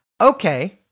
okay